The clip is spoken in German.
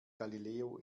galileo